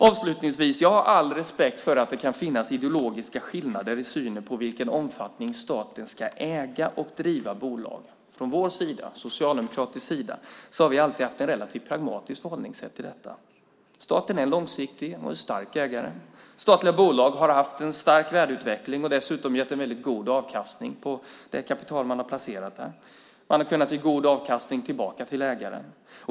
Avslutningsvis har jag all respekt för att det kan finnas ideologiska skillnader i synen på i vilken omfattning staten ska äga och driva bolag. Från Socialdemokraternas sida har vi alltid haft ett relativt pragmatiskt förhållningssätt till detta. Staten är en långsiktig och stark ägare. Statliga bolag har haft en stark värdeutveckling och dessutom haft en väldigt god avkastning på det kapital man har placerat där. Man har kunnat ge god avkastning tillbaka till ägaren.